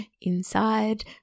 Inside